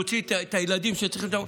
נוציא את הילדים שצריכים את המעונות?